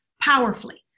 powerfully